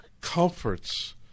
comforts